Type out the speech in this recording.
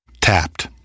Tapped